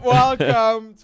welcome